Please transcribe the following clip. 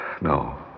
No